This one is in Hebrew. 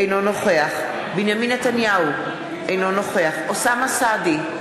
אינו נוכח בנימין נתניהו, אינו נוכח אוסאמה סעדי,